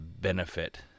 benefit